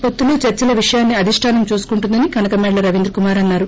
పొత్తులు చర్చలను విషయాన్ని అధిష్ణానం చూసుకుంటుందని కనకమేడల రవీంద్ర కుమార్ అన్నారు